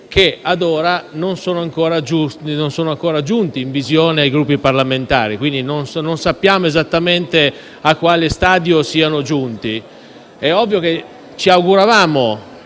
che, ad ora, non sono ancora giunti in visione ai Gruppi parlamentari. Quindi, non sappiamo esattamente a quale stadio essi siano giunti. È ovvio che ci auguravamo